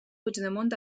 puigdemont